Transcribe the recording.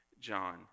John